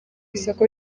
isoko